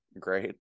Great